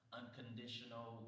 unconditional